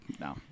no